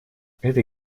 этой